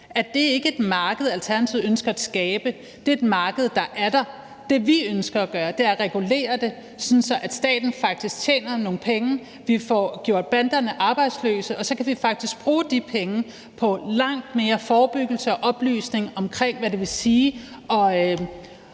at det ikke er et marked, Alternativet ønsker at skabe, men et marked, der er der. Det, vi ønsker at gøre, er at regulere det, sådan at staten faktisk tjener nogle penge og vi får gjort banderne arbejdsløse, og så kan vi faktisk bruge de penge på langt mere forebyggelse og oplysning om, hvad det vil sige